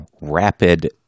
rapid